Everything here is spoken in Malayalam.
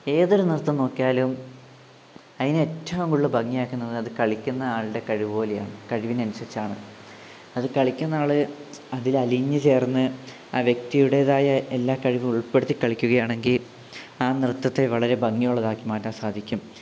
ഏതൊരു നൃത്തം നോക്കിയാലും അതിന് ഏറ്റവും കൂടുതൽ ഭംഗിയാക്കുന്നത് അത് കളിക്കുന്ന ആളുടെ കഴിവ് പോലെയാണ് കഴിവിനനുസരിച്ചാണ് അത് കളിക്കുന്ന ആള് അതിലലിഞ്ഞു ചേർന്ന് ആ വ്യക്തിയുടേതായ എല്ലാ കഴിവും ഉൾപ്പെടുത്തി കളിക്കുകയാണെങ്കിൽ ആ നൃത്തത്തെ വളരെ ഭംഗിയുള്ളതാക്കി മാറ്റാൻ സാധിക്കും